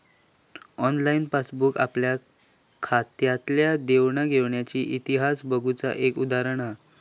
online passbook आपल्या खात्यातल्या देवाण घेवाणीचो इतिहास बघुचा एक उपकरण हा